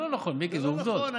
לא, זה לא נכון.